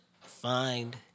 find